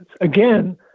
Again